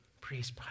Priest